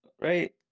Right